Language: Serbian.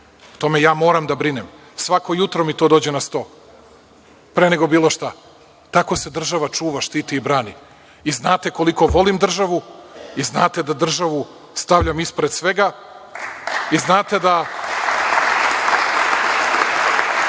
tome ja moram da brinem. Svako jutro mi to dođe na sto preko nego bilo šta. Tako se država čuva, štiti i brani i znate koliko volim državu i znate da državu stavljam ispred svega i znate da